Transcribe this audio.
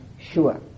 sure